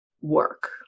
work